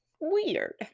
weird